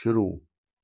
शुरू